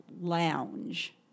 lounge